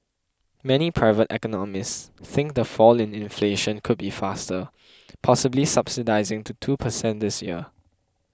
many private economists think the fall in inflation could be faster possibly subsiding to two per cent this year